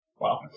Wow